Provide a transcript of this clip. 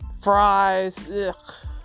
fries